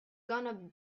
gonna